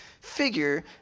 figure